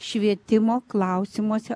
švietimo klausimuose